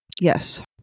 Yes